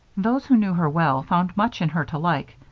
those who knew her well found much in her to like,